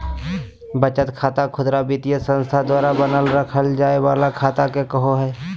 बचत खाता खुदरा वित्तीय संस्था द्वारा बनाल रखय जाय वला खाता के कहो हइ